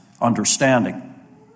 understanding